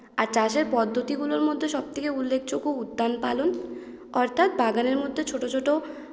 আর চাষের পদ্ধতিগুলোর মধ্যে সবথেকে উল্লেখযোগ্য উদ্যান পালন অর্থাৎ বাগানের মধ্যে ছোটো ছোটো